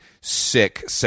sick